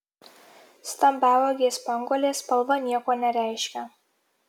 stambiauogės spanguolės spalva nieko nereiškia